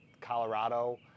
Colorado